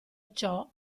ciò